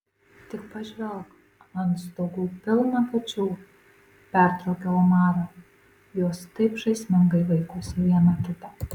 tik pažvelk ant stogų pilna kačių pertraukiau omarą jos taip žaismingai vaikosi viena kitą